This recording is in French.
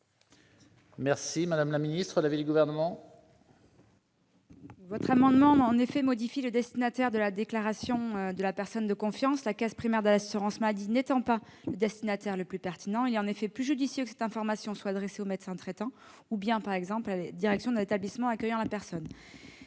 traitant. Quel est l'avis du Gouvernement ? L'amendement vise à modifier le destinataire de la déclaration de la personne de confiance. La caisse primaire d'assurance maladie n'étant pas le destinataire le plus pertinent, il est en effet plus judicieux que cette information soit adressée au médecin traitant ou bien, par exemple, la direction de l'établissement accueillant la personne.